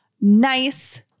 nice